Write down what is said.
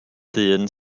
dyn